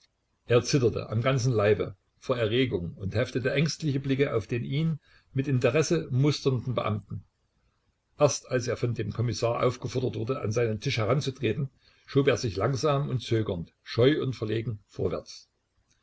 er zitterte am ganzen leibe vor erregung und heftete ängstliche blicke auf den ihn mit interesse musternden beamten erst als er von dem kommissar aufgefordert wurde an seinen tisch heranzutreten schob er sich langsam und zögernd scheu und verlegen vorwärts